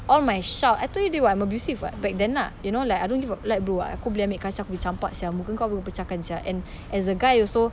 all my shout I tell you already [what] I'm abusive [what] back then lah you know like I don't give a like bro aku boleh ambil kaca aku boleh campak sia muka kau pun aku boleh pecah kan sia and as a guy also